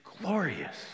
glorious